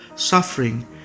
suffering